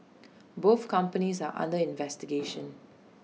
both companies are under investigation